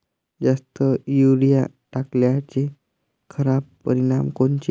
जास्त युरीया टाकल्याचे खराब परिनाम कोनचे?